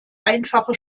einfache